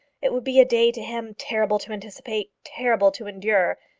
it would be a day to him terrible to anticipate, terrible to endure,